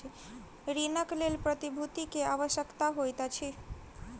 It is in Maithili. ऋणक लेल प्रतिभूति के आवश्यकता होइत अछि